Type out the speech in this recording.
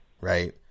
right